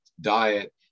diet